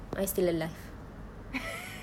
I'm still alive